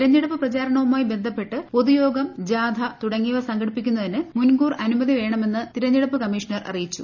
തെരെഞ്ഞെടുപ്പ് പ്രചാരണവുമായി ബന്ധപ്പെട്ട് പൊതുയോഗം ജാഥ തുടങ്ങിയവ സംഘടിപ്പിക്കുന്നതിന് മുൻകൂർ അനുമതി വാങ്ങണമെന്ന് തെരെഞ്ഞെടുപ്പ് കമ്മീഷണർ അറിയിച്ചു